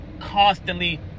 constantly